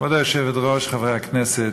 כבוד היושבת-ראש, חברי הכנסת,